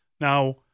Now